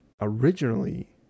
originally